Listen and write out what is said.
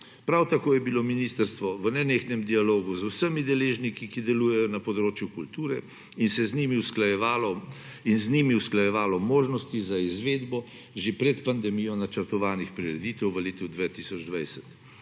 Prav tako je bilo ministrstvo v nenehnem dialogu z vsemi deležniki, ki delujejo na področju kulture, in z njimi usklajevalo možnosti za izvedbo že pred pandemijo načrtovanih prireditev v letu 2020.